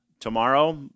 tomorrow